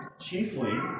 Chiefly